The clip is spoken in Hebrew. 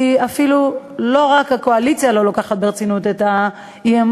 כי לא רק הקואליציה לא לוקחת ברצינות את האי-אמון,